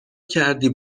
کردی